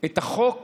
את החוק